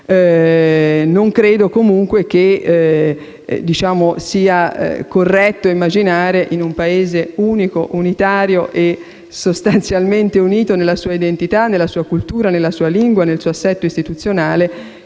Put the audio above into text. Credo comunque che non sia corretto immaginare, in un Paese unico, unitario e sostanzialmente unito nella sua identità culturale, linguistica e nel suo assetto istituzionale,